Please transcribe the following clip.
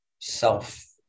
self